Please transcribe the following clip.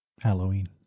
Halloween